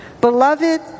Beloved